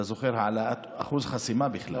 אתה זוכר, העלאת אחוז חסימה בכלל.